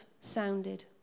sounded